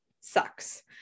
sucks